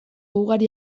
ugari